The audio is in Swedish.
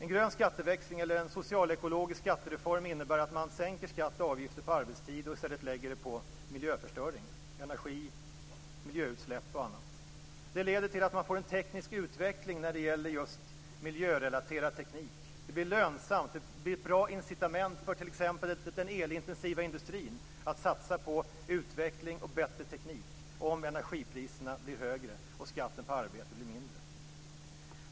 En grön skatteväxling, eller en socialekologisk skattereform, innebär att man sänker skatter och avgifter på arbete och i stället höjer den på miljöförstöring - energi, miljöutsläpp och annat. Det leder till att man får en teknisk utveckling när det gäller just miljörelaterad teknik. Det blir lönsamt och ett bra incitament t.ex. för den elintensiva industrin att satsa på utveckling och bättre teknik om energipriserna blir högre och skatten på arbete blir lägre.